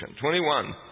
Twenty-one